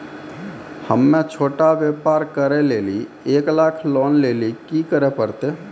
हम्मय छोटा व्यापार करे लेली एक लाख लोन लेली की करे परतै?